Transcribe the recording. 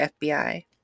FBI